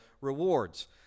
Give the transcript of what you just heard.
rewards